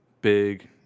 Big